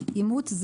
אימות?